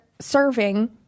serving